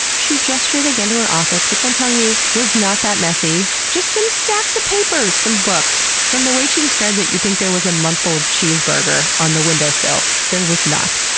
she gestured again to her office, which i am telling you, was not that messy, just some stacks of papers! some books. from the way she describes it, you'd think there was a month-old cheeseburger on the windowsill. there was not.